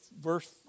verse